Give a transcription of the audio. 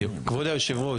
כבוד היושב ראש,